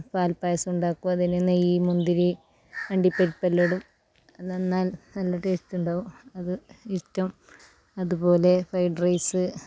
പാൽപ്പായസം ഉണ്ടാക്കും അതിന് നെയ്യ് മുന്തിരി അണ്ടിപ്പരിപ്പ് എല്ലാ ഇടും നന്ന നൽ നല്ല ടേസ്റ്റ് ഉണ്ടാവും അത് ഇഷ്ട്ടം അതുപോലെ ഫ്രൈഡ് റൈസ്